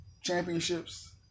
championships